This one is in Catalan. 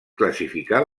classificar